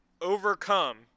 Overcome